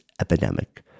epidemic